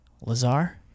Lazar